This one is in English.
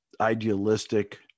idealistic